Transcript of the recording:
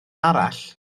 arall